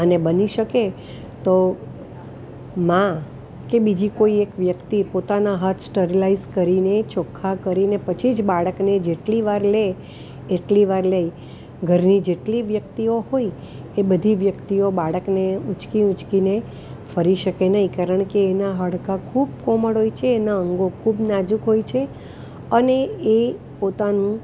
અને બની શકે તો મા કે બીજી કોઈ એક વ્યક્તિ પોતાના હાથ સ્ટરીલાઇઝ કરીને ચોખ્ખા કરીને પછી જ બાળકને જેટલી વાર લે એટલી વાર લઈ ઘરની જેટલી વ્યક્તિઓ હોય એ બધી વ્યક્તિઓ બાળકને ઊંચકી ઊંચકીને ફરી શકે નહીં કારણ કે એનાં હાડકાં ખૂબ કોમળ હોય છે એના અંગો ખૂબ નાજુક હોય છે અને એ પોતાનું